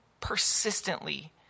persistently